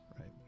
right